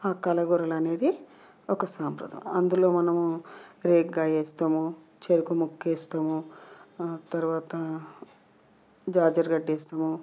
ఆ కలగూరలు అనేది ఒక సాంప్రదాయం అందులో మనము రేగి కాయ వేస్తాము చెరుకు ముక్క వేస్తాము ఆ తరువాత జాజర గడ్డ